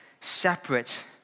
separate